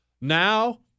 Now